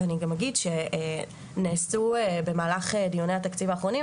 ואני גם אגיד שנעשו במהלך דיוני התקציב האחרונים